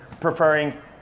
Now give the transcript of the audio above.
preferring